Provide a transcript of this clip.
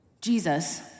Jesus